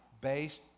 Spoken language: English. based